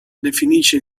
definisce